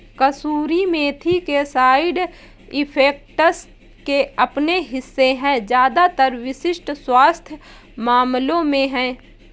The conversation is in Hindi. कसूरी मेथी के साइड इफेक्ट्स के अपने हिस्से है ज्यादातर विशिष्ट स्वास्थ्य मामलों में है